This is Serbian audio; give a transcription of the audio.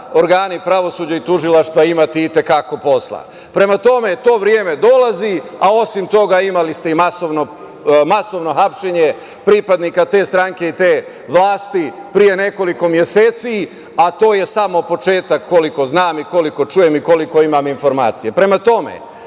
organi pravosuđa i tužilaštva imati i te kako posla. Prema tome, to vreme dolazi, a osim toga imali ste i masovno hapšenje pripadnika te stranke i te vlasti pre nekoliko meseci, a to je samo početak, koliko znam, koliko čujem i koliko imam informacije. Licemerno